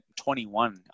21